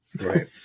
Right